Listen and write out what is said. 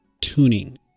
tuning